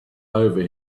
over